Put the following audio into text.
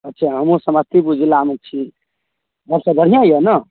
अच्छा हमहु समस्तीपुर जिलामे छी आओर सब बढ़िऑं यऽ ने